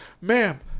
ma'am